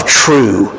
true